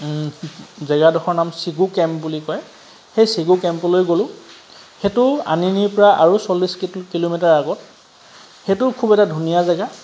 জেগাডোখৰ নাব চিবু কেম্প বুলি কয় সদেই চিবু কেম্পলৈ গলোঁ সেইটো আনিনিৰপৰা আৰু চল্লিছ কিলোমিটাৰ আগত সেইটো খুব এটা ধুনীয়া জেগা